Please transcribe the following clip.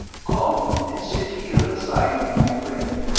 come and sit here beside me, my friend.